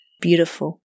Beautiful